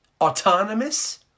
autonomous